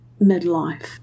midlife